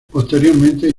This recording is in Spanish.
posteriormente